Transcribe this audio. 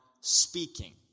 speaking